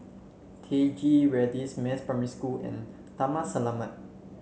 Teck Ghee Radin Mas Primary School and Taman Selamat